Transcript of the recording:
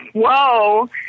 whoa